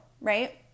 right